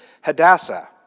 Hadassah